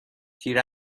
تیر